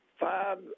five